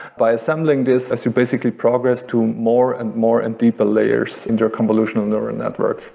by assembling this as you basically progress to more and more and deeper layers into a convolutional neural network